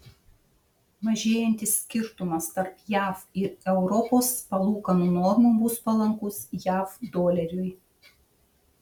mažėjantis skirtumas tarp jav ir europos palūkanų normų bus palankus jav doleriui